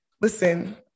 listen